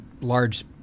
large